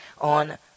on